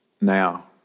now